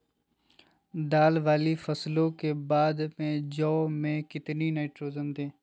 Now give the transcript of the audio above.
दाल वाली फसलों के बाद में जौ में कितनी नाइट्रोजन दें?